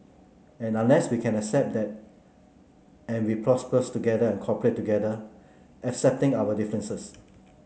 and unless we can accept that every prospers together cooperate together accepting our differences